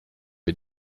wir